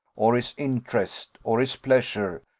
or his interest, or his pleasure,